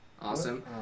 awesome